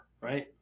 right